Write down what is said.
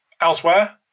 elsewhere